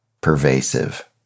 pervasive